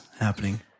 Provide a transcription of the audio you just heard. happening